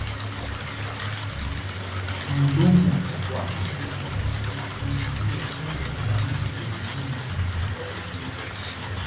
Mhudumu wa afya apitie chanjo mwanamke kijijini